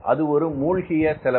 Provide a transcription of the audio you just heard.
அது ஒரு மூழ்கிய செலவு